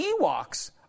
Ewoks